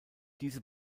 diese